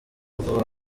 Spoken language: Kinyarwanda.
vuba